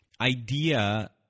idea